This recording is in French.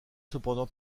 cependant